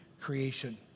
creation